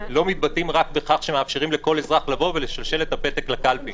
לא מתבטאים רק בכך שמאפשרים לכל אזרח לבוא ולשלשל את הפתק לקלפי.